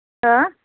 हा